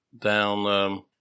down